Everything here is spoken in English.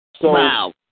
Wow